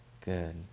good